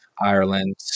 Ireland